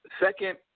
Second